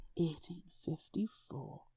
1854